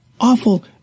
awful